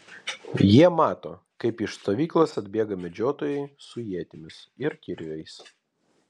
jie mato kaip iš stovyklos atbėga medžiotojai su ietimis ir kirviais